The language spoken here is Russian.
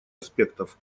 аспектов